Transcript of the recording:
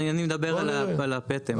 אני מדבר על הפטם.